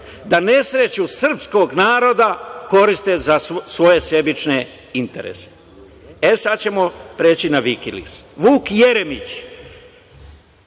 da nesreću srpskog naroda koriste za svoje sebične interese. Sad ćemo preći na Vikiliks. Vuk Jeremić,